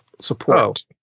support